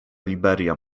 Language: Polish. liberia